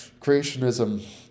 creationism